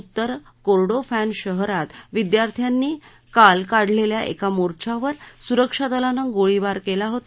उत्तर कोरडोफ्ट्री शहरात विद्यार्थ्यांनी काल काढलेल्या एका मोर्च्यावर सुरक्षा दलानं गोळीबार केला होता